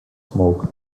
smoke